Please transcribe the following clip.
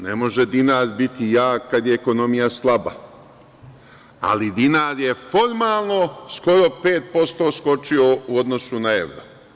Ne može dinar biti jak kad je ekonomija slaba, ali dinar je formalno skoro pet posto skočio u odnosu na evro.